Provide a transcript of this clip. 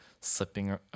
slipping